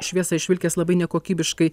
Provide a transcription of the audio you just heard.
šviesą išvilkęs labai nekokybiškai